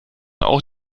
auch